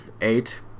eight